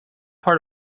part